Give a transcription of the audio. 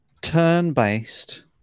turn-based